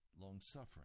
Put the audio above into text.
Long-suffering